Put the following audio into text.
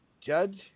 Judge